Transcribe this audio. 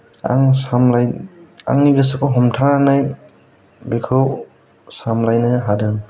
आं सामलाय आंनि गोसोखौ हमथानानै बेखौ सामलायनो हादों